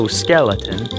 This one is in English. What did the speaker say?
skeleton